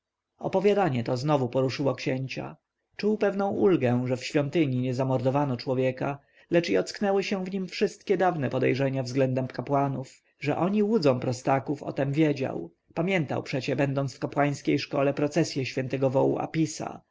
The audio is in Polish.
opowiadanie to znowu poruszyło księcia czuł pewną ulgę że w świątyni nie zamordowano człowieka lecz i ocknęły się w nim wszystkie dawne podejrzenia względem kapłanów że oni łudzą prostaków o tem wiedział pamiętał przecie będąc w kapłańskiej szkole procesje świętego wołu apisa